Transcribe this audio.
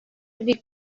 бик